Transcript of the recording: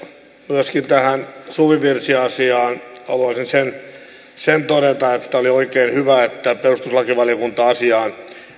tähän suvivirsiasiaan haluaisin sen myöskin todeta että oli oikein hyvä että perustuslakivaliokunta asiaan